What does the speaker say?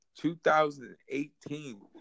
2018